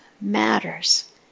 matters